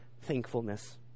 thankfulness